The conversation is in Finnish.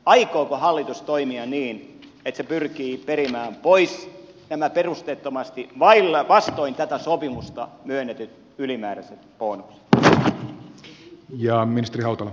aikooko hallitus toimia niin että se pyrkii perimään pois nämä perusteettomasti vastoin tätä sopimusta myönnetyt ylimääräiset bonukset